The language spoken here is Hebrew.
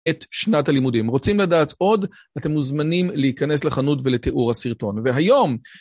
את שנת הלימודים רוצים לדעת עוד אתם מוזמנים להיכנס לחנות ולתיאור הסרטון והיום